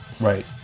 Right